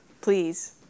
please